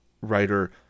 writer